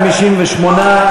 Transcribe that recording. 58,